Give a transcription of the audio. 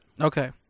Okay